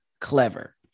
clever